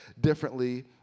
differently